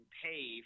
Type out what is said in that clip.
pay